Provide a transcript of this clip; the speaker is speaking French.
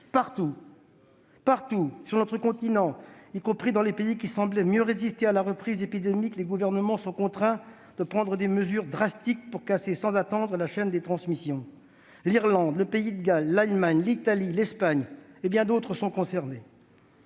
! Partout sur notre continent, y compris dans les pays qui semblaient mieux résister à la reprise épidémique, les gouvernements sont contraints de prendre des mesures draconiennes pour casser sans attendre la chaîne de transmission. L'Irlande, le Pays de Galles, l'Allemagne, l'Italie, l'Espagne et bien d'autres sont concernés.